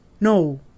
No